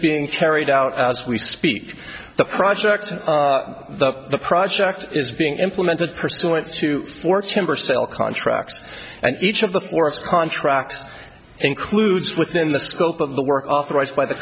being carried out as we speak the project the project is being implemented pursuant to four chamber sale contracts and each of the forest contracts includes within the scope of the work authorized by the